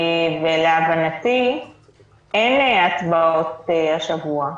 ולהבנתי אין הצבעות השבוע במליאה.